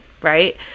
right